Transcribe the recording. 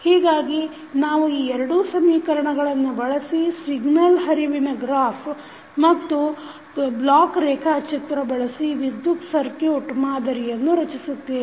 ಹೀಗಾಗಿ ನಾವು ಈ ಎರಡೂ ಸಮೀಕರಣಗಳನ್ನು ಬಳಸಿ ಸಿಗ್ನಲ್ ಹರಿವಿನ ಗ್ರಾಫ್ ಮತ್ತು ಬ್ಲಾಕ್ ರೇಖಾಚಿತ್ರ ಬಳಸಿ ವಿದ್ಯುತ್ ಸರ್ಕುಟ್ ಮಾದರಿಯನ್ನು ರಚಿಸುತ್ತೇವೆ